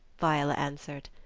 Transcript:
viola answered.